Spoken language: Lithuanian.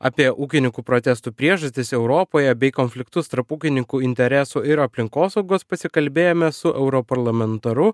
apie ūkininkų protestų priežastis europoje bei konfliktus tarp ūkininkų interesų ir aplinkosaugos pasikalbėjome su europarlamentaru